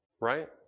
right